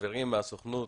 חברים מהסוכנות,